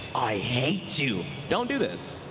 i hate you, don't do this.